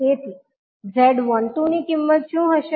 તેથી Z12 ની કિંમત શું હશે